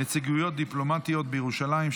נציגויות דיפלומטיות בירושלים),